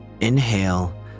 inhale